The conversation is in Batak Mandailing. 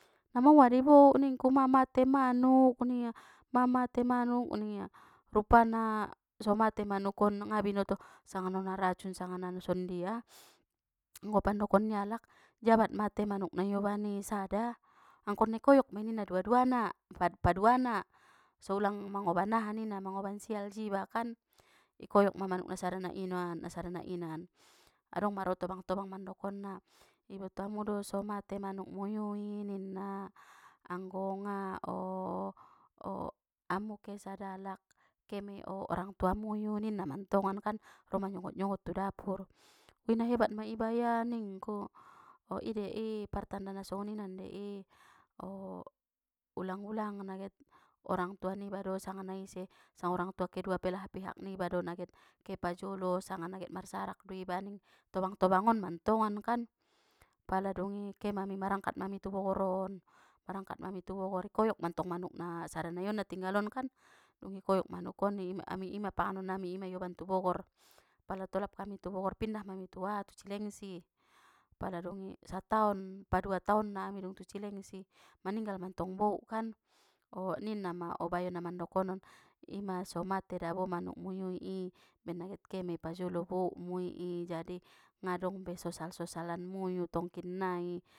Namaoa dei bouk ningku, mang mate manuk ningia mamate manuk ningia rupana so mate manukon ngga binoto sanga na ona racun sanga nason dia, anggo pandokon nia alak, jabat mate manuk nai oban i sada, angkon nai koyok mei ninna dua duana, pat- paduana, so ulang mangoban aha ninna mangoban sial jiba kan, i koyok ma manuk nasada nainan nasada nainan, adong mantong tobang tobang mandokon na, i boto amu do somate manuk namui ninna, anggo ngga amu ke sadalak, kemei orangtua muyu ninna mantongkan, ro manyogot nyogot tu dapur, oi nahebat mei baya ningku, idei i partanda nasongonian dei i ulang ulang na get orang tua niba do sanga naise, sanga orang tua kedua pela- pihak niba do na get kepajolo sanga naget marsarak do iba ning tobang tobang on mantongan kan, pala dungi kemami marangkat mami tu bogoron, marangkat mami tu bogor koyok mantong manuk na sada nai on na tinggal on kan!, dungi koyok manukon ima panganon nami ima ioban tu bogor. Pala tolap ami tu bogor pindah ma ami tu aha tu cilengsi, pala dungi sataon padua taonna ami dung tu cilengsi, maninggal mantong bouk kan, ninna ma o bayo namandokonon, ima so mate dabo manuk muyui i, baen naget kemei pajolo bouk muyui jadi, ngga dong be sosal sosalan muyu tongkinnai.